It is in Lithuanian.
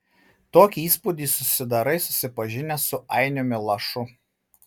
tokį įspūdį susidarai susipažinęs su ainiumi lašu